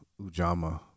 Ujamaa